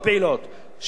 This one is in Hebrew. הן עשו מהומות וניסו לשכנע.